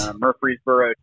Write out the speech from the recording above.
Murfreesboro